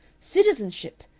citizenship!